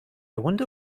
wonder